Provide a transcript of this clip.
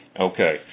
Okay